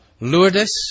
Lourdes